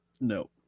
No